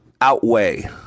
outweigh